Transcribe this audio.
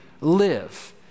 Live